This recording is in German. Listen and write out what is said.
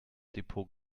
depot